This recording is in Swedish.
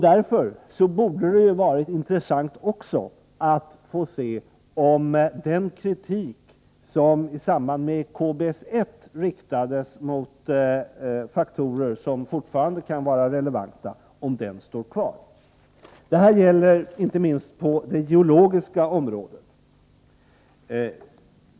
Därför borde det ha varit intressant att se om den kritik som i samband med KBS-1 riktades mot faktorer som fortfarande kan vara relevanta står kvar. Detta gäller inte minst på det geologiska området.